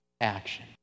action